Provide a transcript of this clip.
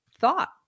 thought